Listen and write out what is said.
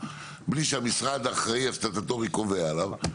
בלי שהמשרד האחראי הסטטוטורי קובע עליו,